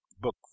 Book